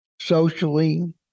socially